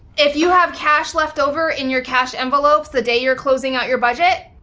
if you have cash left over in your cash envelopes the day you're closing out your budget,